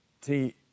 See